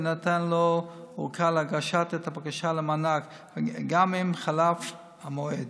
תינתן לו ארכה להגשת את הבקשה למענק גם אם חלף המועד.